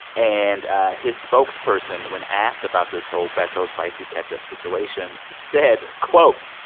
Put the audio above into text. and ah his spokesperson, when asked about this whole beto spicy ketchup situation, said, quote,